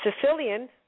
Sicilian